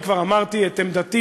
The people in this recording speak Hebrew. אני כבר אמרתי את עמדתי,